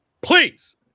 please